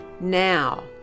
now